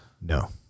no